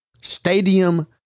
stadium